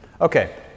Okay